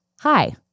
Hi